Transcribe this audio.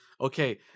Okay